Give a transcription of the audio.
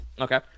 Okay